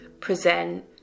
present